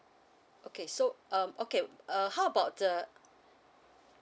okay so um okay uh how about the